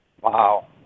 Wow